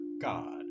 God